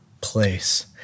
place